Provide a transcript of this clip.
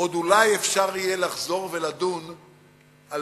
עוד אולי אפשר יהיה לחזור ולדון על